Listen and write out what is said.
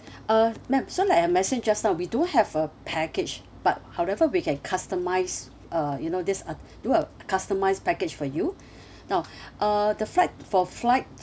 uh ma'am so like I mentioned just now we do have a package but however we can customise uh you know this uh do a customise package for you now uh the flight for flight